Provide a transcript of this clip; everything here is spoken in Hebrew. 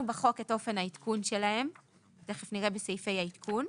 בחוק את אופן העדכון שלהם; תכף נראה בסעיפי העדכון.